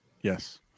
Yes